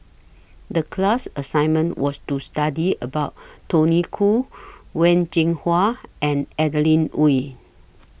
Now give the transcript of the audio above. The class assignment was to study about Tony Khoo Wen Jinhua and Adeline Ooi